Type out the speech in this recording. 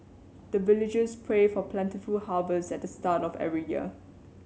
the villagers pray for plentiful harvest at the start of every year